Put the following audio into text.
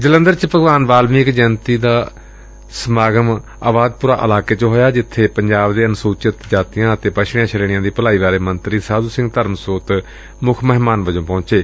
ਜਲੰਧਰ ਚ ਭਗਵਾਨ ਵਾਲਮੀਕ ਜੈਯੰਤੀ ਦਾ ਰਾਜ ਪੱਧਰੀ ਸਮਾਗਮ ਆਬਾਦਪੁਰਾ ਇਲਾਕੇ ਚ ਹੋਇਆ ਜਿੱਬੇ ਪੰਜਾਬ ਦੇ ਅਨੁਸੁਚਿਤ ਜਾਤੀਆਂ ਅਤੇ ਪਛਤੀਆਂ ਸ੍ਤੇਣੀਆਂ ਦੀ ਭਲਾਈ ਬਾਰੇ ਮੰਤਰੀ ਸਾਧੁ ਸਿੰਘ ਧਰਮਸੋਤ ਮੁੱਖ ਮਹਿਮਾਨ ਵਜੋਂ ਪਹੁੰਚੇ